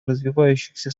развивающихся